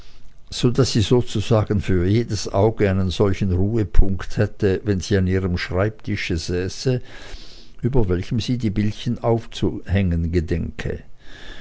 so daß sie sozusagen für jedes auge einen solchen ruhepunkt hätte wenn sie an ihrem schreibtische säße über welchem sie die bildchen aufzuhängen gedenke